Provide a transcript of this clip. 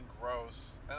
gross